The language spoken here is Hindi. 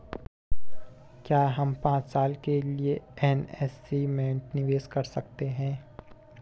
क्या हम पांच साल के लिए एन.एस.सी में निवेश कर सकते हैं?